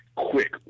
quick